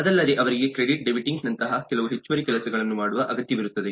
ಅದಲ್ಲದೆ ಅವರಿಗೆ credit debiting ನಂತಹ ಕೆಲವು ಹೆಚ್ಚುವರಿ ಕೆಲಸಗಳನ್ನು ಮಾಡುವ ಅಗತ್ಯವಿರುತ್ತದೆ